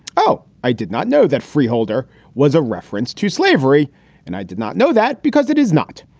oh, i did not know that freeholder was a reference to slavery and i did not know that because it is not.